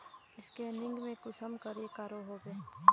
Scanning पे कुंसम करे करो होबे?